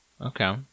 Okay